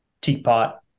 teapot